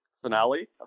finale